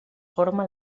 forma